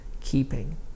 keeping